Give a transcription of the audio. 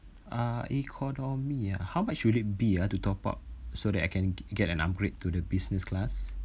uh economy ah how much would it be to top up so that I can get an upgrade to the business class